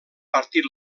partit